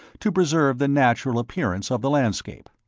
to preserve the natural appearance of the landscape.